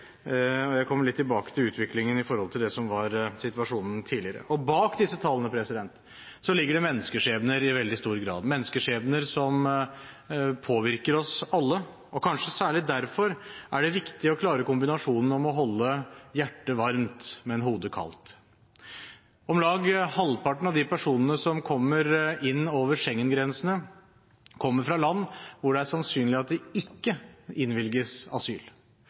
og jeg kommer litt tilbake til utviklingen i forhold til det som var situasjonen tidligere. Bak disse tallene ligger det menneskeskjebner i veldig stor grad, menneskeskjebner som påvirker oss alle. Kanskje særlig derfor er det viktig å klare kombinasjonen med å holde hjertet varmt og hodet kaldt. Om lag halvparten av de personene som kommer inn over Schengen-grensene, kommer fra land hvor det er sannsynlig at de ikke innvilges asyl.